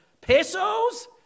pesos